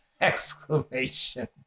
exclamation